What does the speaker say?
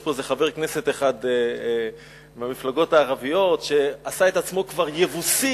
יש פה איזה חבר כנסת אחד מהמפלגות הערביות שעשה את עצמו כבר יבוסי.